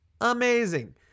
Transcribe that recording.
amazing